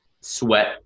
sweat